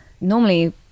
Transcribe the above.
Normally